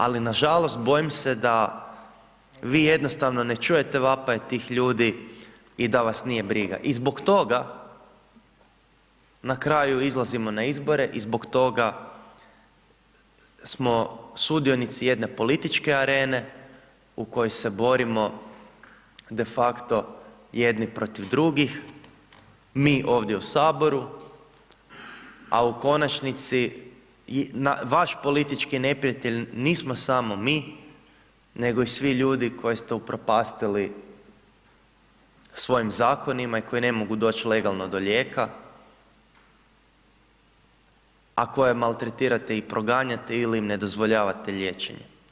Ali, nažalost, bojim se da vi jednostavno ne čujete vapaje tih ljudi i da vas nije briga i zbog toga na kraju izlazimo na izbore i zbog toga smo sudionici jedne političke arene u kojoj se borimo de facto jedni protiv drugih, mi ovdje u Saboru, a u konačnici, vaš politički neprijatelj nismo samo mi nego i svi ljudi koje ste upropastili svojim zakonima i koji ne mogu doći legalno do lijeka, a koje maltretirate i proganjate ili ne dozvoljavate liječenje.